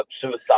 suicide